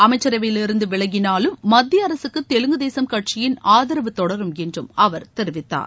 அமைச்சரவையிலிருந்து விலகினாலும் மத்திய அரசுக்கு தெலுங்கு தேசம் கட்சியின் ஆதரவு தொடரும் என்று அவர் தெரிவித்தார்